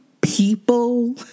people